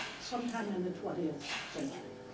sometime in the twentieth century,